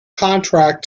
contract